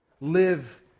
live